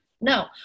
No